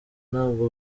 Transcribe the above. ntabwo